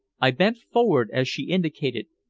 i bent forward as she indicated,